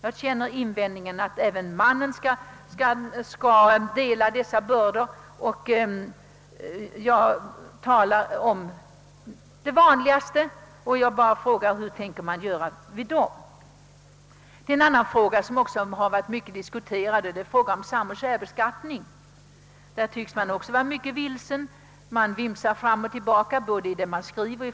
Jag känner till invändningen att även mannen skall dela dessa bördor, men jag talar nu om den vanligaste situationen i dag. En annan fråga som också varit mycket diskuterad, är frågan om samoch särbeskattning. Även där tycks man vimsa fram och tillbaka.